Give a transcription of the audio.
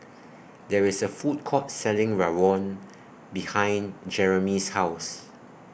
There IS A Food Court Selling Rawon behind Jereme's House